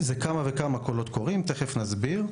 זה כמה וכמה קולות קוראים, תכף נסביר.